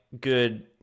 good